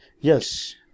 yes